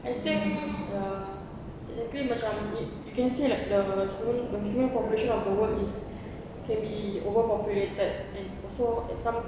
I think ya technically macam you can see like the the human population of the world is can be overpopulated and also at some